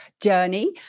journey